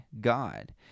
God